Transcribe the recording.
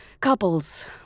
Couples